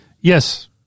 Yes